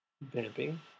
Vamping